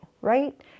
right